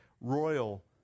royal